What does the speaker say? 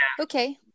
Okay